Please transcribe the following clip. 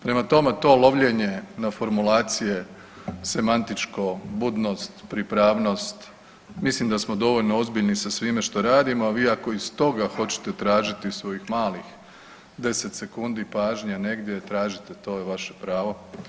Prema tome, to lovljenje na formulacije semantičko budnost, pripravnost mislim da smo dovoljno ozbiljni sa svime što radimo, a vi ako iz toga hoćete tražiti svojih malih 10 sekundi pažnje negdje tražite to je vaše pravo.